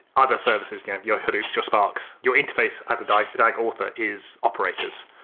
other services, kind of your hadoops, your sparks, your interface as a dag dag author is operators.